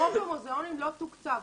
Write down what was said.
חוק המוזיאונים לא תוקצב.